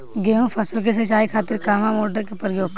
गेहूं फसल के सिंचाई खातिर कवना मोटर के प्रयोग करी?